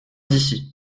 d’ici